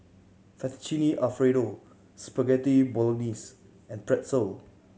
Fettuccine Alfredo Spaghetti Bolognese and Pretzel